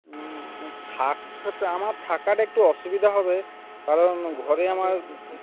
হুম থাকতে তো আমার থাকাটা একটু অসুবিধা হবে কারণ ঘরে আমার